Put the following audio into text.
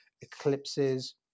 eclipses